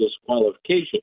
disqualification